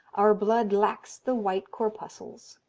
our blood lacks the white corpuscles.